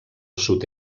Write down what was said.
sud